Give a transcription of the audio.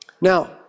Now